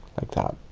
like that.